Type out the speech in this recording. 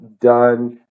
done